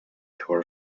tour